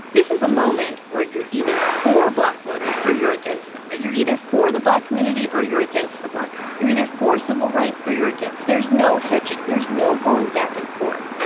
this is a moment where you are either for black voters or you are against them. you are either for the black community or you are against the black community. you are either for civil rights or you are against. there is no hedging, there's no going back and forth.